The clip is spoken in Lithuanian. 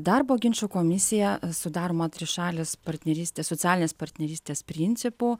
darbo ginčų komisija sudaroma trišalės partnerystės socialinės partnerystės principu